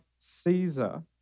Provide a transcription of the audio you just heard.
Caesar